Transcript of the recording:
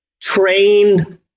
train